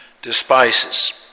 despises